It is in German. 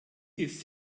ist